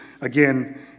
again